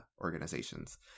organizations